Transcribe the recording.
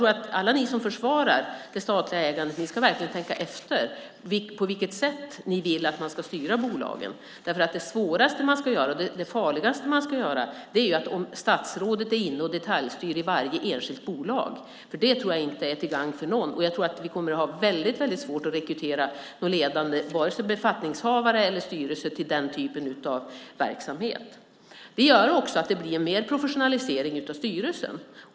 Alla ni som försvarar det statliga ägandet ska verkligen tänka efter på vilket sätt ni vill att man ska styra bolagen. Det farligaste man kan göra är att statsrådet är inne och detaljstyr i varje enskilt bolag. Det tror jag inte är till gagn för någon. Vi skulle ha väldigt svårt att rekrytera ledande befattningshavare eller styrelse till den typen av verksamhet. Detta gör att det blir en högre professionalisering av styrelsen.